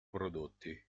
prodotti